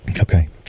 Okay